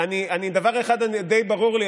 דבר אחד די ברור לי,